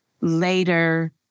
later